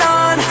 on